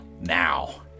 now